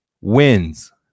wins